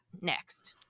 next